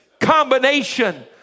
combination